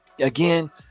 again